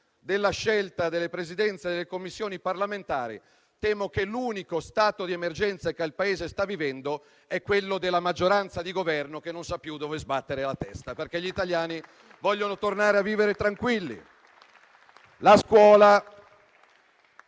della scelta delle Presidenze delle Commissioni parlamentari, temo che l'unico stato di emergenza che il Paese sta vivendo sia quello della maggioranza di Governo, che non sa più dove sbattere la testa, perché gli italiani vogliono tornare a vivere tranquilli.